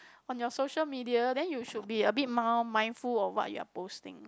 on your social media then you should be a bit min~ mindful of what you're posting